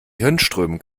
hirnströmen